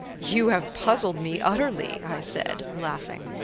you have puzzled me utterly i said, laughing.